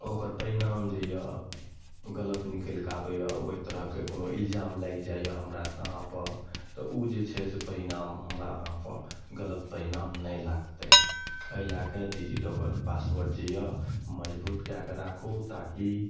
ओकर परिणाम जे यऽ गलत निकैलकऽ आबैया ओहि तरहके कोनो इल्जाम लागि जाइया हमरा अहाँपर तऽ जे छै से परिणाम हमरा अहाँपर गलत परिणाम नै लागतै अइलाएकए डीजी लॉकर पासवर्ड जे यऽ मजबूत काएकए राखू ताकि